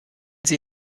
sie